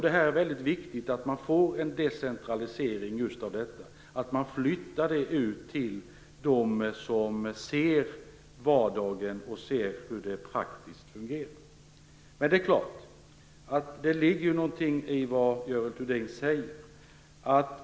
Det är väldigt viktigt att man får en decentralisering just av detta och att man flyttar det till dem som ser vardagen och hur det praktiskt fungerar. Det är klart att det ligger någonting i det Görel Thurdin säger.